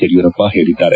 ಯಡಿಯೂರಪ್ಪ ಹೇಳಿದ್ದಾರೆ